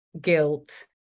guilt